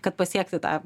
kad pasiekti tą